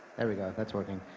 there we go. that's working.